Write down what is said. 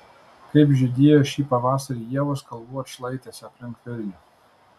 kaip žydėjo šį pavasarį ievos kalvų atšlaitėse aplink vilnių